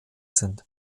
sind